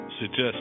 suggest